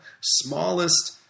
smallest